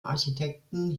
architekten